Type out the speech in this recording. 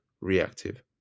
reactive